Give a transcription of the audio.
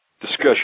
discussion